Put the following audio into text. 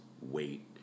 wait